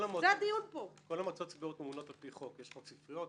המועצות ממונות לפי תבחינים מסוימים.